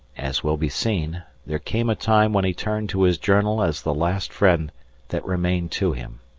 as will be seen, there came a time when he turned to his journal as the last friend that remained to him.